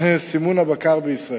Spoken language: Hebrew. סימון הבקר בישראל.